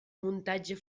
muntatge